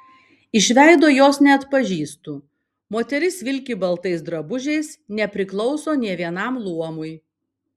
iš veido jos neatpažįstu moteris vilki baltais drabužiais nepriklauso nė vienam luomui